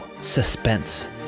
suspense